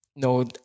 No